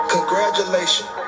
Congratulations